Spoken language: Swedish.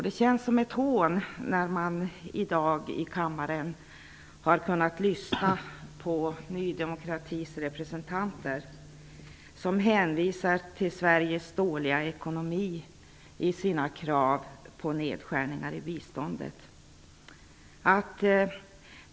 Det var som ett hån att i dag i kammaren lyssna till Ny demokratis representanter som i sina krav på nedskärningar i biståndet hänvisar till Sveriges dåliga ekonomi.